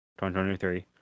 2023